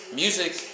music